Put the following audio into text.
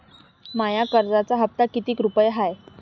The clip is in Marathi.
माया कर्जाचा हप्ता कितीक रुपये हाय?